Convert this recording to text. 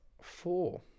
four